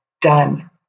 done